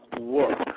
work